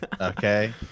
okay